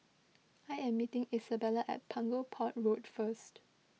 I am meeting Izabella at Punggol Port Road first